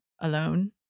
alone